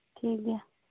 ᱴᱷᱤᱠ ᱜᱮᱭᱟ